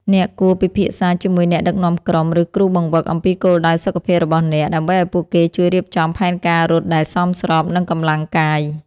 អ្នកគួរពិភាក្សាជាមួយអ្នកដឹកនាំក្រុម ឬគ្រូបង្វឹកអំពីគោលដៅសុខភាពរបស់អ្នក ដើម្បីឱ្យពួកគេជួយរៀបចំផែនការរត់ដែលសមស្របនឹងកម្លាំងកាយ។